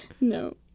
No